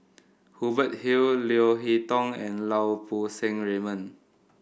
Hubert Hill Leo Hee Tong and Lau Poo Seng Raymond